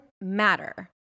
matter